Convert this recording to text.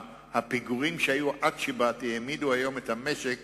הפיגורים שהיו עד שבאתי העמידו היום את המשק